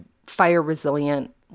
fire-resilient